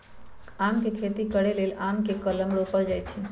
आम के खेती करे लेल आम के कलम रोपल जाइ छइ